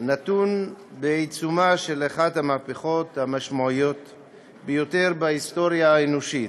נתון בעיצומה של אחת המהפכות המשמעותיות ביותר בהיסטוריה האנושית,